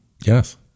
Yes